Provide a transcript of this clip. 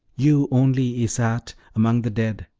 you only, isarte, among the dead.